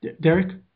Derek